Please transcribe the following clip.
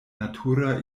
natura